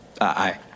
aye